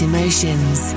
Emotions